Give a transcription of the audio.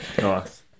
Nice